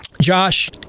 Josh